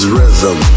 rhythm